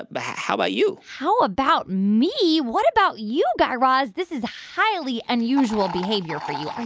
but how about you? how about me? what about you, guy raz? this is highly unusual behavior for you.